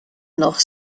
noch